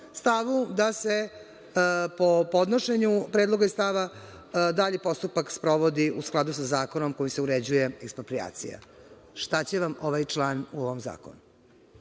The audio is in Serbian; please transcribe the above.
da se po podnošenju predloga iz stava dalji postupak sprovodi u skladu sa zakonom kojim se uređuje eksproprijacija. Šta će vam ovaj član u ovom zakonu?